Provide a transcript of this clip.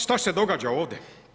Šta se događa ovdje?